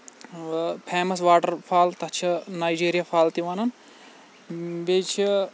famous waterfall تَتھ چھِ Niagara fall تہِ وَنان بیٚیہِ چھِ